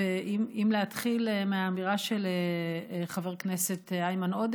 אם להתחיל מאמירה של חבר הכנסת איימן עודה